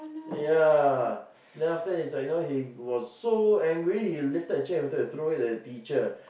ya then after that is like you know he was so angry he lifted a chair wanted to throw it at the teacher